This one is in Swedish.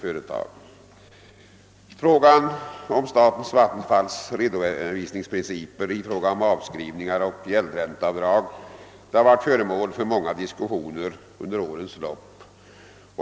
Frågan om statens vattenfallsverks redovisningsprinciper beträffande avskrivningar och gäldränteavdrag har varit föremål för många diskussioner under årens lopp.